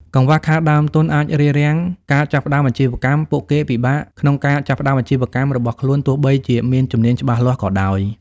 កង្វះខាតដើមទុនអាច រារាំងការចាប់ផ្តើមអាជីវកម្ម ពួកគេពិបាកក្នុងការចាប់ផ្តើមអាជីវកម្មរបស់ខ្លួនទោះបីជាមានជំនាញច្បាស់លាស់ក៏ដោយ។